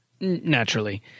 Naturally